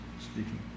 speaking